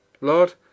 Lord